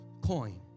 coin